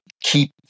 keep